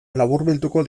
laburbilduko